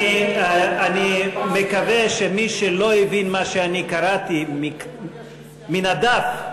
אני מקווה שמי שלא הבין את מה שאני קראתי מן הדף,